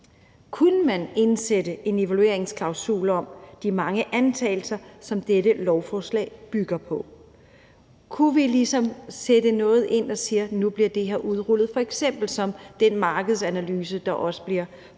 Kunne man indsætte en evalueringsklausul om de mange antagelser, som dette lovforslag bygger på? Kunne vi ligesom sætte noget ind og sige, at nu bliver det her udrullet, f.eks. som den markedsanalyse, der også bliver foreslået?